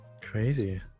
Crazy